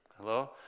Hello